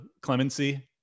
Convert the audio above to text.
clemency